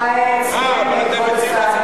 כך ציין כבוד השר.